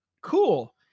cool